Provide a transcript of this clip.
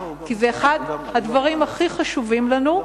זה אחד הדברים הכי חשובים לנו.